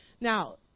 now